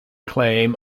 acclaim